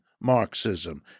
Marxism